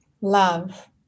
Love